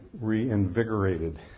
reinvigorated